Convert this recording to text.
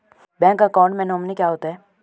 Bank account में nominee क्या होता है?